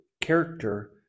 character